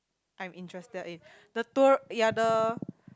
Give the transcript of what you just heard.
I'm interested in the tour ya the